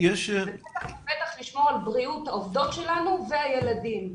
ובטח ובטח לשמור על בריאות העובדות שלנו והילדים.